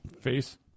face